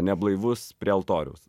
neblaivus prie altoriaus